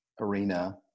arena